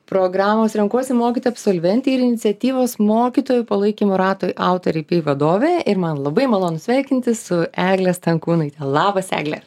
programos renkuosi mokyti absolventė ir iniciatyvos mokytojų palaikymo ratai autorė bei vadovė ir man labai malonu sveikintis su egle stankūnaite labas egle